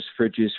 fridges